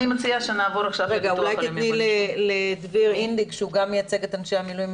אני מציעה שתתני לדביר אינדיק שגם מייצג את אנשי המילואים,